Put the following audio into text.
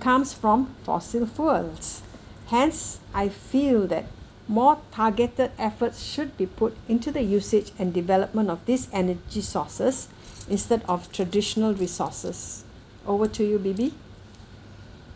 comes from fossil fuels hence I feel that more targeted efforts should be put into the usage and development of these energy sources instead of traditional resources over to you debby